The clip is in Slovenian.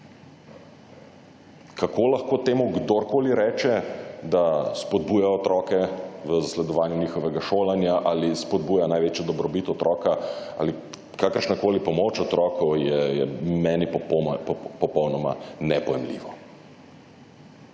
Kako lahko temu kdorkoli reče, da spodbuja otroke v zasledovanje njihovega šolanja ali spodbuja največjo dobrobit otroka ali kakršnakoli pomoč otroku je meni popolnoma nepojmljivo.